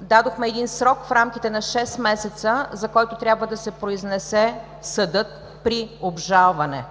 дадохме срок в рамките на шест месеца, за който трябва да се произнесе съдът при обжалване,